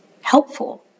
helpful